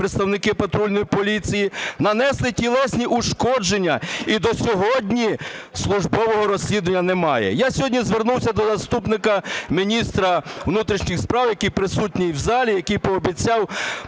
представники патрульної поліції нанесли тілесні ушкодження, і до сьогодні службового розслідування немає. Я сьогодні звернувся до заступника міністра внутрішніх справ, який присутній у залі, який пообіцяв